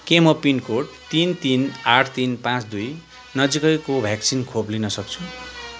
के म पिनकोड तिन तिन आठ तिन पाँच दुई नजिकै कोभ्याक्सिन खोप लिन सक्छु